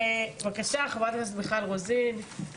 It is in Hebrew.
בבקשה חברת הכנסת מיכל רוזין,